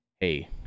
hey